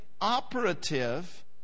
operative